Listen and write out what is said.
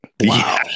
wow